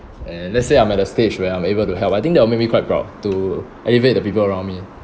and let's say I'm at the stage where I'm able to help I think that will make me quite proud to elevate the people around me